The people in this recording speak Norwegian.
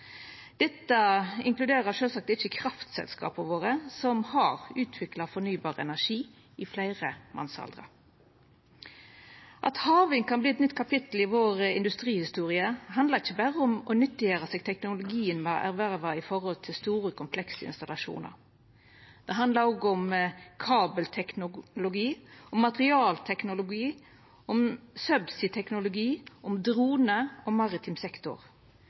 Dette inkluderer sjølvsagt ikkje kraftselskapa våre, som har utvikla fornybar energi i fleire mannsaldrar. At havvind kan verta eit nytt kapittel i vår industrihistorie, handlar ikkje berre om å nyttiggjera seg teknologien me har erverva av store komplekse installasjonar. Det handlar også om kabelteknologi, om materialteknologi, om subseateknologi, om dronar og maritim sektor.